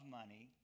money